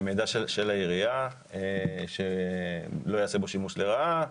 מידע של העירייה, שלא יעשה בו שימוש לרעה.